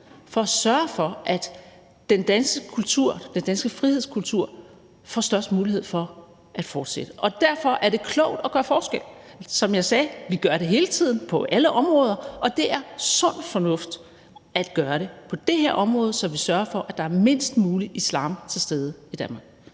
den danske kultur, den danske frihedskultur, får størst mulighed for at fortsætte. Derfor er det klogt at gøre forskel. Som jeg sagde, gør vi det hele tiden på alle områder, og det er sund fornuft at gøre det på det her område, så vi sørger for, at der er mindst mulig islam til stede i Danmark.